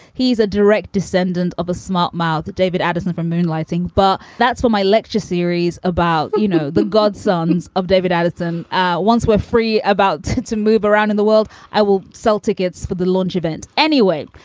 he's a direct descendant of a smart mouth. david addison from moonlighting. but that's what my lecture series about. you know, the godson's of david addison once we're free about to move around in the world. i will sell tickets for the launch event anyway.